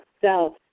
self